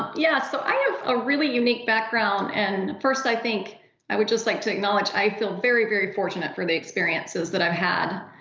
yeah, so i have a really unique background. and first, i think i would just like to acknowledge i feel very, very fortunate for the experiences that i've had.